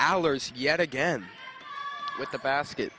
hours yet again with the basket